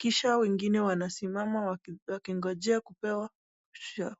kisha wengine wamesimama wakingojea kupewa mwisho.